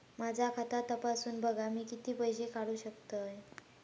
माझा खाता तपासून बघा मी किती पैशे काढू शकतय?